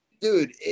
Dude